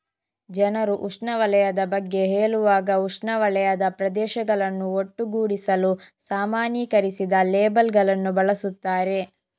ಜನರು ಉಷ್ಣವಲಯದ ಬಗ್ಗೆ ಹೇಳುವಾಗ ಉಷ್ಣವಲಯದ ಪ್ರದೇಶಗಳನ್ನು ಒಟ್ಟುಗೂಡಿಸಲು ಸಾಮಾನ್ಯೀಕರಿಸಿದ ಲೇಬಲ್ ಗಳನ್ನು ಬಳಸುತ್ತಾರೆ